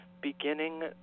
beginning